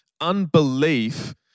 unbelief